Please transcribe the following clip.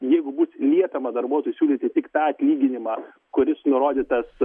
jeigu bus liepiama darbuotojui siūlyti tik tą atlyginimą kuris nurodytas